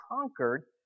conquered